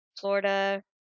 Florida